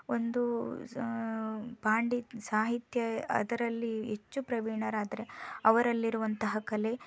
ಒಂದು ಸಾಹಿತ್ಯ ಅದರಲ್ಲಿ ಹೆಚ್ಚು ಪ್ರವೀಣರಾದರೆ ಅವರಲ್ಲಿರುವಂತಹ ಕಲೆ